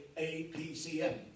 APCM